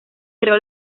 creó